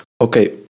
Okay